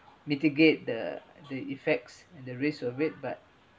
mitigate the the effects and the risk of it but